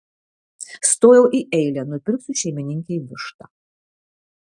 stojau į eilę nupirksiu šeimininkei vištą